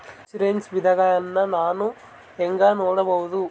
Insurance ವಿಧಗಳನ್ನ ನಾನು ಹೆಂಗ ನೋಡಬಹುದು?